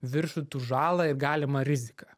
viršytų žalą ir galimą riziką